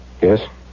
Yes